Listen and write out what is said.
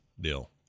deal